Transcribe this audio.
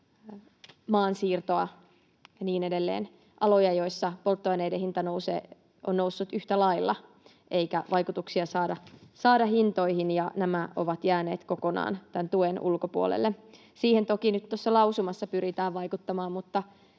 maansiirtoa ja niin edelleen — aloja, joilla polttoaineiden hinta on noussut yhtä lailla eikä vaikutuksia saada hintoihin. Nämä ovat jääneet kokonaan tämän tuen ulkopuolelle. Siihen toki nyt tuossa lausumassa pyritään vaikuttamaan,